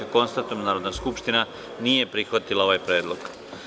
Konstatujem da Narodna skupština nije prihvatila ovaj predlog.